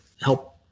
help